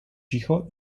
cicho